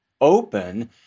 open